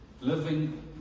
living